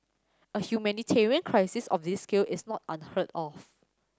a humanitarian crisis of this scale is not unheard of